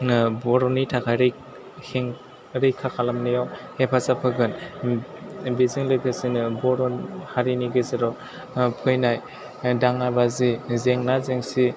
आङो बर'नि थाखाय रैखा खालामनायाव हेफाजाब होगोन बेजों लोगोसेनो बर' हारिनि गेजेराव फैनाय दाङा बाजि जेंना जेंसि